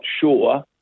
sure